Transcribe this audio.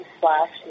slash